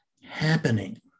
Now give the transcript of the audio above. happening